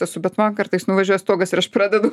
esu bet man kartais nuvažiuoja stogas ir aš pradedu